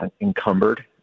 encumbered